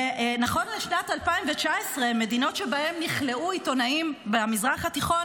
נכון לשנת 2019 המדינות שבהן נכלאו עיתונאים במזרח התיכון,